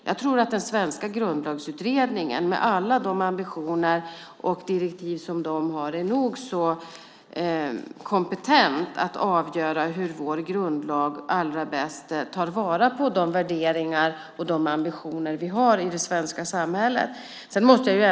Jag tror att den svenska grundlagsutredningen, med alla de ambitioner och direktiv som de har, är nog så kompetent att avgöra hur vår grundlag allra bäst tar vara på de värderingar och de ambitioner som vi har i det svenska samhället.